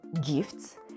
gifts